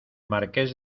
marqués